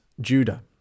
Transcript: Judah